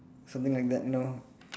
something like that know